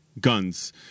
guns